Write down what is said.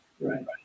Right